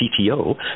CTO